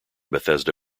bethesda